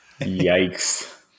Yikes